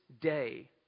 day